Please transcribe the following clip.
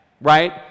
right